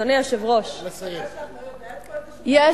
את חושבת שיושב-ראש המפלגה שלך לא יודע את כל הדברים האלה?